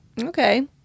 okay